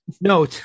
no